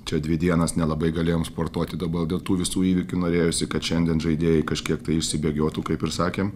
čia dvi dienas nelabai galėjom sportuoti dabar dėl tų visų įvykių norėjosi kad šiandien žaidėjai kažkiek tai išsibėgiotų kaip ir sakėm